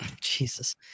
Jesus